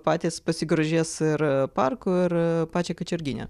patys pasigrožės ir parku ir pačia kačergine